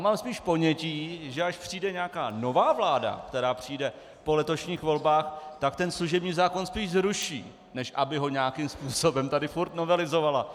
Mám spíš ponětí, že až přijde nějaká nová vláda, která přijde po letošních volbách, tak ten služební zákon spíš zruší, než aby ho nějakým způsobem tady furt novelizovala.